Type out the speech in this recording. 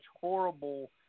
horrible